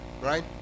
right